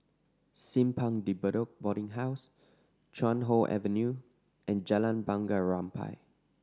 Simpang De Bedok Boarding House Chuan Hoe Avenue and Jalan Bunga Rampai